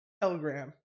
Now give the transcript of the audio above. telegram